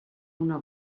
una